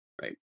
right